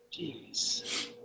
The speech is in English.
Jeez